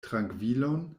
trankvilon